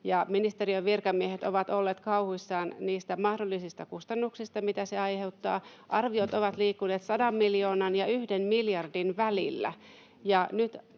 ministeriön virkamiehet ovat olleet kauhuissaan niistä mahdollisista kustannuksista, mitä se aiheuttaa — arviot ovat liikkuneet 100 miljoonan ja 1 miljardin välillä.